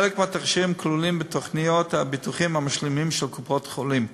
חלק מהתכשירים כלולים בתוכניות הביטוחים המשלימים של קופות-חולים.